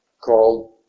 called